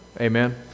Amen